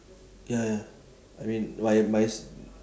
ya ya I mean my my